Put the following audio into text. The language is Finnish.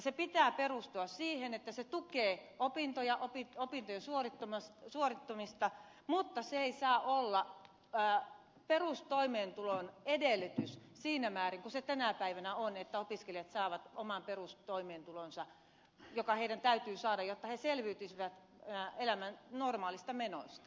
sen pitää perustua siihen että se tukee opintoja opintojen suorittamista mutta se ei saa olla perustoimeentulon edellytys siinä määrin kuin se tänä päivänä on että opiskelijat saavat oman perustoimeentulonsa joka heidän täytyy saada jotta he selviytyisivät elämän normaaleista menoista